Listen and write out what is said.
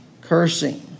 cursing